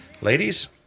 Ladies